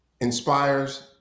inspires